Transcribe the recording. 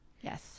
Yes